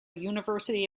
university